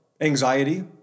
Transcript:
anxiety